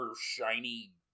shiny